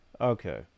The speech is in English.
Okay